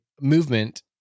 movement